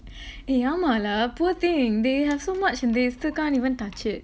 !hey! ஆமா:aamaa lah poor thing they have so much and they still can't even touch it